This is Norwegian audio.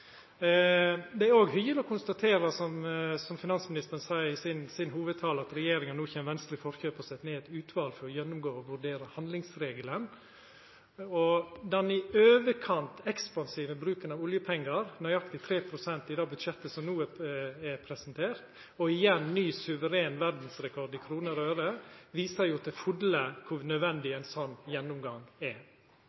Det er òg hyggeleg å konstatera, som finansministeren seier i sin hovudtale, at regjeringa no kjem Venstre i forkjøpet og set ned eit utval for å gjennomgå og vurdera handlingsregelen, og den i overkant ekspansive bruken av oljepengar, nøyaktig 3 pst. i det budsjettet som no er presentert, og igjen ny, suveren verdsrekord i kroner og øre, viser jo til fulle kor nødvendig